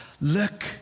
look